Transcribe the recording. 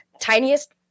tiniest